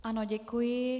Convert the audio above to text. Ano, děkuji.